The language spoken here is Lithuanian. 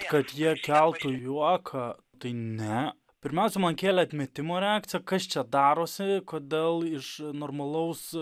kad jie keltų juoką tai ne pirmiausia man kėlė atmetimo reakciją kas čia darosi kodėl iš normalaus